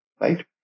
right